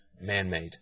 man-made